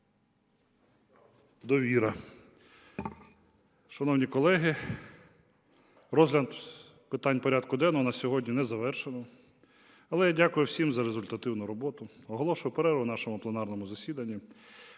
"Довіра". Шановні колеги, розгляд питань порядку денного на сьогодні не завершено. Але я дякую всім за результативну роботу. Оголошую перерву в нашому пленарному засіданні.